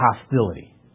hostility